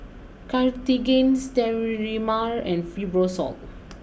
Cartigain Sterimar and Fibrosol